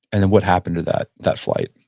and then what happened to that that flight?